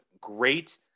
great